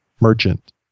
merchant